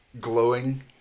glowing